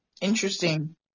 Interesting